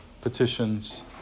petitions